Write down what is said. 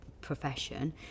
profession